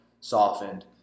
softened